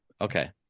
Okay